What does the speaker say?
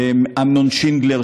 לאמנון שינדלר,